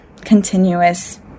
continuous